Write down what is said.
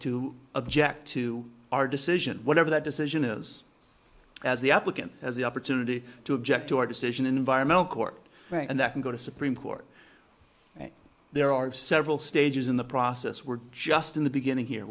object to our decision whatever that decision is as the applicant has the opportunity to object to our decision in environmental court and that can go to supreme court there are several stages in the process we're just in the beginning here